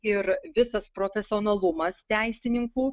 ir visas profesionalumas teisininkų